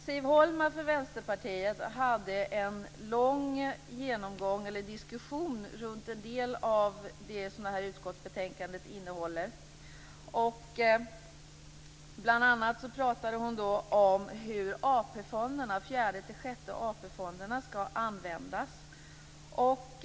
Siv Holma från Vänsterpartiet hade en lång diskussion runt en del av det som utskottsbetänkandet innehåller. Bl.a. pratade hon om hur AP-fonderna, den fjärde t.o.m. den sjätte AP-fonden, skall användas.